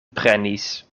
prenis